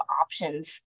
options